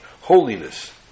Holiness